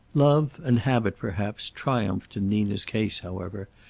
love, and habit perhaps, triumphed in nina's case, however,